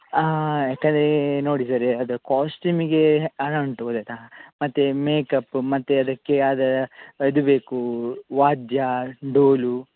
ಹಾಂ ಯಾಕಂದ್ರೆ ನೋಡಿ ಸರ್ ಯಾವುದೋ ಕಾಸ್ಟ್ಯೂಮಿಗೆ ಹಣ ಉಂಟು ಗೊತ್ತಾಯ್ತ ಮತ್ತು ಮೇಕಪ್ ಮತ್ತು ಅದಕ್ಕೆ ಅದಾ ಅದು ಬೇಕು ವಾದ್ಯ ಡೋಲು